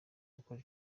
gukora